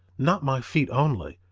not my feet only,